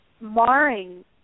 marring